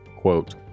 quote